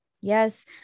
yes